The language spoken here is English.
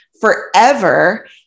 forever